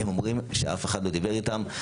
הם אומרים שאף אחד לא דיבר איתם.